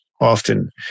often